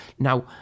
Now